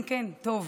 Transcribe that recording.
כן, כן, טוב.